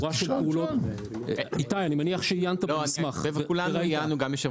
איתי, אני מניח שעיינת במסמך וראית.